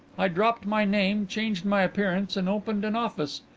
i dropped my name, changed my appearance and opened an office.